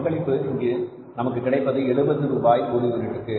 பங்களிப்பு இங்கு நமக்கு கிடைப்பது 70 ரூபாய் ஒரு யூனிட்டிற்கு